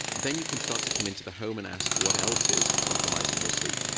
then you can start to come into the home and ask, what else is compromising your sleep?